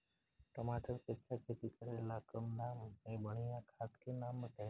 टमाटर के अच्छा खेती करेला कम दाम मे बढ़िया खाद के नाम बताई?